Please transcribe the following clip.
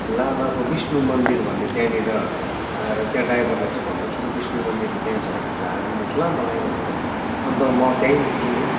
लाभाको विष्णु मन्दिर भन्ने त्यहाँनिर आएर त्यहाँ ड्राइभरलाई चाहिँ भन्नुहोस् न विष्णु मन्दिरको त्यहाँ झा झारिदिनु होस् ल मलाई भनेर अन्त म त्यहीँ हुन्छु नि